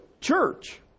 church